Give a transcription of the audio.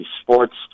Sports